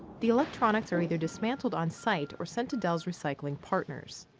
the electronics are either dismantled on site or sent to dell's recycling partners.